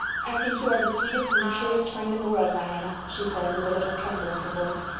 i think you are the sweetest and truest friend in the world, diana, she said, with a little tremble in her voice,